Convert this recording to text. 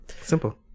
simple